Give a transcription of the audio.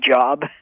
job